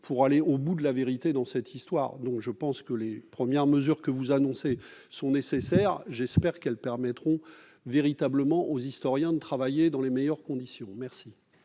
pour aller au bout de la vérité serait entravé. Les premières mesures que vous annoncez sont nécessaires. J'espère qu'elles permettront véritablement aux historiens de travailler dans les meilleures conditions. Nous